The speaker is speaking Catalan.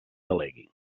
delegui